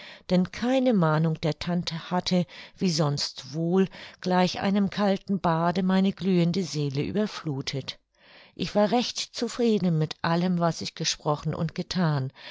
denn keine mahnung der tante hatte wie sonst wohl gleich einem kalten bade meine glühende seele überfluthet ich war recht zufrieden mit allem was ich gesprochen und gethan